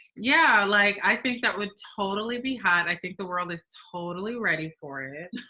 yeah. like, i think that would totally be hot. i think the world is totally ready for it.